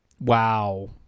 Wow